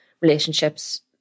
relationships